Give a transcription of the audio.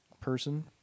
person